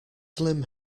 slim